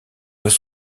doit